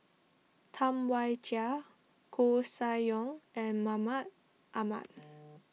Tam Wai Jia Koeh Sia Yong and Mahmud Ahmad